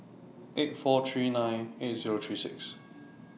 eight four three nine eight Zero three six